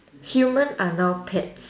human are now pets